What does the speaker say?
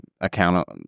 account